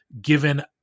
given